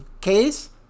case